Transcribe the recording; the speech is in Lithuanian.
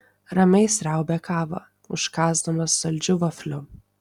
ramiai sriaubė kavą užkąsdamas saldžiu vafliu